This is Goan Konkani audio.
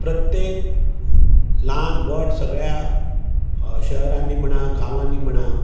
प्रत्येक ल्हान व्हड सगळ्या शहरांनी म्हणा गांवांनी म्हणा